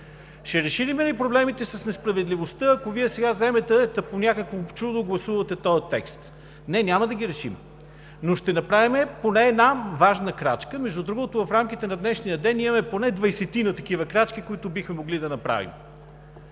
Ще решим ли проблемите с несправедливостта, ако Вие сега вземете, та по някакво чудо гласувате този текст? Не, няма да ги решим. Но ще направим поне една важна крачка. Между другото, в рамките на днешния ден имаме поне 20-ина такива крачки, които бихме могли да направим.